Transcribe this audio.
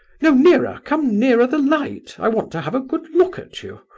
no, nearer, come nearer the light! i want to have a good look at you.